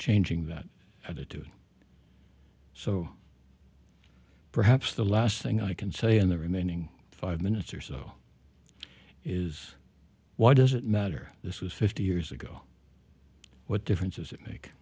changing that attitude so perhaps the last thing i can say in the remaining five minutes or so is why does it matter this was fifty years ago what difference does it make